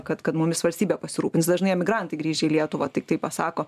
kad kad mumis valstybė pasirūpins dažnai emigrantai grįžę į lietuvą tiktai pasako